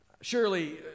Surely